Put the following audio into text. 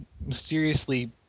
mysteriously